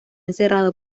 encerrado